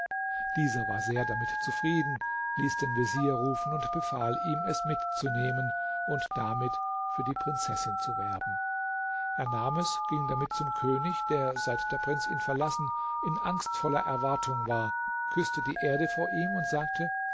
dieser war sehr damit zufrieden ließ den vezier rufen und befahl ihm es mitzunehmen und damit für die prinzessin zu werben er nahm es ging damit zum könig der seit der prinz ihn verlassen in angstvoller erwartung war küßte die erde vor ihm und sagte